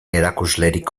erakuslerik